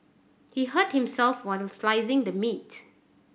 he hurt himself while slicing the meat